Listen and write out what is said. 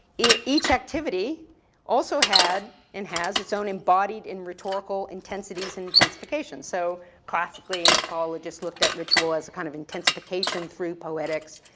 each activity also had and has its own embodied and rhetorical intensities, intensifications. so classically anthropologists looked at ritual as a kind of intensification through poetics,